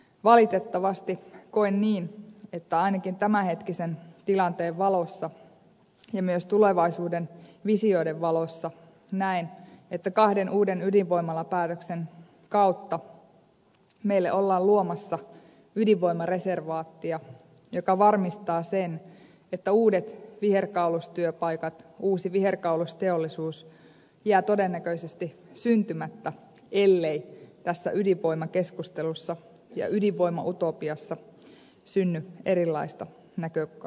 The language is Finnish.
valitettavasti koen niin että ainakin tämän hetkisen tilanteen valossa ja myös tulevaisuuden visioiden valossa kahden uuden ydinvoimalapäätöksen kautta meille ollaan luomassa ydinvoimareservaattia joka varmistaa sen että uudet viherkaulustyöpaikat ja uusi viherkaulusteollisuus jäävät todennäköisesti syntymättä ellei tässä ydinvoimakeskustelussa ja ydinvoimautopiassa synny erilaista näkökantaa